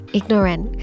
ignorant